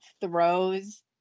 throws